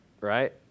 right